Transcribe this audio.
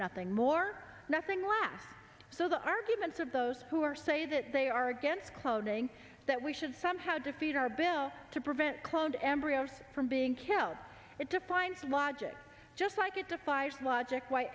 nothing more nothing less so the arguments of those who are say that they are against cloning that we should somehow defeat our bill to prevent cloned embryos from being killed it defines logic just like it defies logic why